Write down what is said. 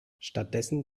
stattdessen